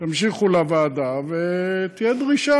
תמשיכו לוועדה ותהיה דרישה.